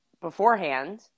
beforehand